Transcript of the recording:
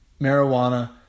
marijuana